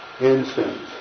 incense